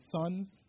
sons